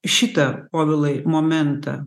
šitą povilai momentą